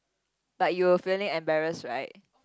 but you were feeling embarrass right